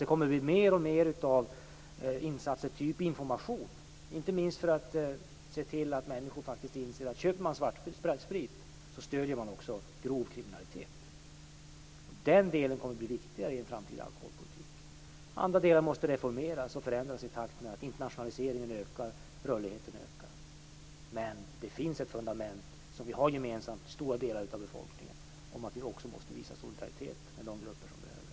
Det kommer att bli alltmer av insatser, t.ex. information, inte minst för att få människor att inse att den som köper "svart" sprit därmed stöder den grova kriminaliteten. Den delen kommer att bli ännu viktigare i den framtida alkoholpolitiken. Andra delar måste reformeras och förändras i takt med att internationaliseringen och rörligheten ökar. Det finns dock ett fundament som stora delar av befolkningen har gemensamt. Det handlar då om att vi också måste visa solidaritet med de grupper som så behöver.